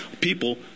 people